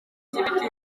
z’ibiti